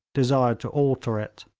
desired to alter it.